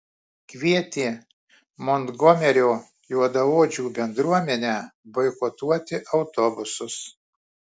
kvietė montgomerio juodaodžių bendruomenę boikotuoti autobusus